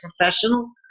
professional